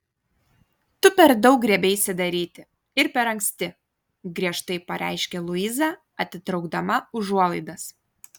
tu per daug griebeisi daryti ir per anksti griežtai pareiškė luiza atitraukdama užuolaidas